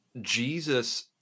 Jesus